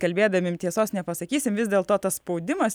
kalbėdami tiesos nepasakysim vis dėlto tas spaudimas